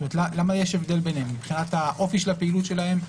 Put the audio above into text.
למה יש הבדל ביניהם מבחינת אופי הפעילות שלהם,